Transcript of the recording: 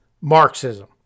Marxism